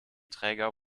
träger